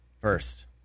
first